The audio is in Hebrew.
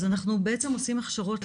אז אנחנו בעצם עושים הכשרות ---.